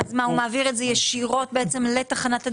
הוא מעביר את זה ישירות לתחנת הדלק?